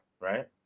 right